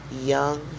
Young